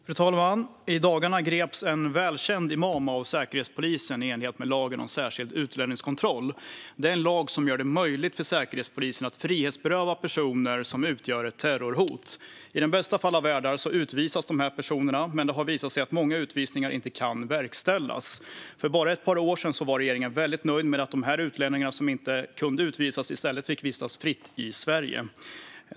Fru talman! I dagarna greps en välkänd imam av Säkerhetspolisen i enlighet med lagen om särskild utlänningskontroll. Det är en lag som gör det möjligt för Säkerhetspolisen att frihetsberöva personer som utgör ett terrorhot. I den bästa av världar utvisas dessa personer, men det har visat sig att många utvisningar inte kan verkställas. För bara ett par år sedan var regeringen väldigt nöjd med att de utlänningar som inte kunde utvisas i stället fick vistas fritt i Sverige.